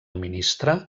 ministre